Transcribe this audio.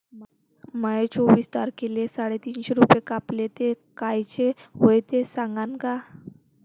माये चोवीस तारखेले साडेतीनशे रूपे कापले, ते कायचे हाय ते सांगान का?